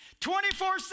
24-7